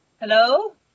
Hello